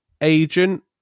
Agent